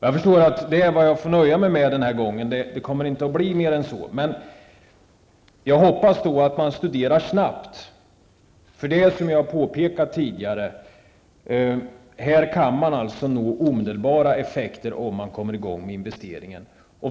Jag förstår att jag får nöja mig med detta den här gången, men jag hoppas att man studerar snabbt. Som jag har påpekat kan man uppnå omedelbara effekter bara det blir en investering.